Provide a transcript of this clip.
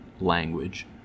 language